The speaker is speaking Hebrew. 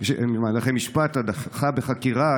הדחה בחקירה,